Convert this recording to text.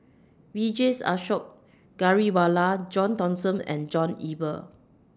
Vijesh Ashok Ghariwala John Thomson and John Eber